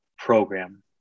program